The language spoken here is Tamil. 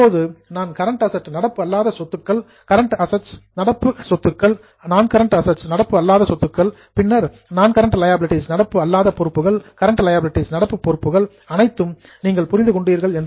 இப்போது நான் கரண்ட் அசட்ஸ் நடப்பு அல்லாத சொத்துக்கள் கரண்ட் அசட்ஸ் நடப்பு சொத்துக்கள் பின்னர் நான் கரண்ட் லியாபிலிடீஸ் நடப்பு அல்லாத பொறுப்புகள் கரண்ட் லியாபிலிடீஸ் நடப்பு பொறுப்புகள் அனைத்தும் நீங்கள் புரிந்து கொண்டீர்கள்